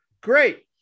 Great